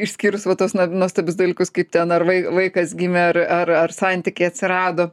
išskyrus vat tuos na nuostabius dalykus kaip tie narvai vaikas gimė ar ar ar santykiai atsirado